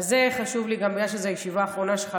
זה חשוב לי גם בגלל שזו הישיבה האחרונה שלך,